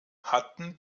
hatten